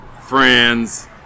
friends